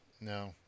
no